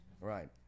right